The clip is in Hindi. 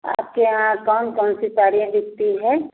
आपके यहाँ कौन कौन सी साड़ियाँ बिकती हैं